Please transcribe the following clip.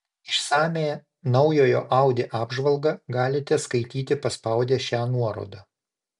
išsamią naujojo audi apžvalgą galite skaityti paspaudę šią nuorodą